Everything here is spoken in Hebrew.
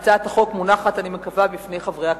הצעת החוק מונחת, אני מקווה, בפני חברי הכנסת.